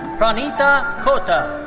praneetha kotha.